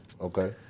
Okay